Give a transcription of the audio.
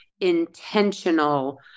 intentional